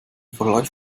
vergleich